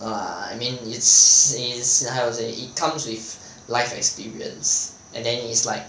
no lah it's it's how to say it comes with life experience and then is like